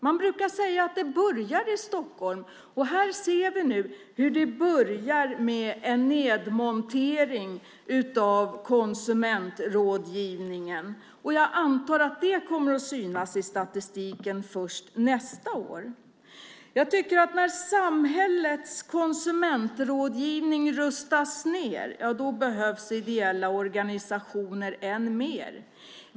Man brukar säga att det börjar i Stockholm, och här ser vi nu hur konsumentrådgivningen börjar monteras ned. Jag antar att det kommer att synas i statistiken först nästa år. När samhällets konsumentrådgivning rustas ned behövs ideella organisationer än mer.